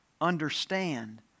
understand